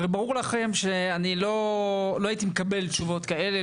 הרי ברור לכם שלא הייתי מקבל תשובות כאלה,